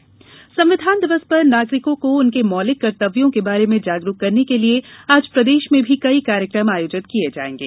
संविधान दिवस प्रदेश संविधान दिवस पर नागरिकों को उनके मौलिक कर्तव्यों के बारे में जागरूक करने के लिए आज प्रदेश में भी कई कार्यक्रम आयोजित किए जाएंगे